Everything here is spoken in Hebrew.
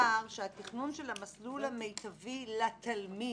נאמר בפתיח הסעיף שהתכנון הוא של המסלול המיטבי לתלמיד